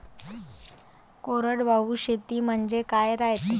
कोरडवाहू शेती म्हनजे का रायते?